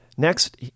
Next